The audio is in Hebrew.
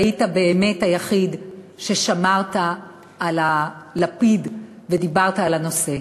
והיית באמת היחיד ששמר על הלפיד ודיבר על הנושא.